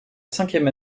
cinquième